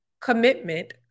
commitment